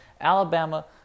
Alabama